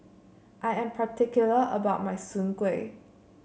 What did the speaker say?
I am particular about my Soon Kuih